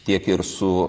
tiek ir su